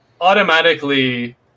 automatically